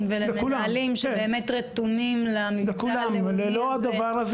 ולמנהלים שבאמת רתומים למבצע הלאומי הזה